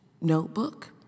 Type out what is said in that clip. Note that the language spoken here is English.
notebook